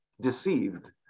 deceived